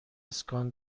اسکان